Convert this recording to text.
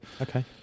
Okay